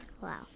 Wow